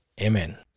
Amen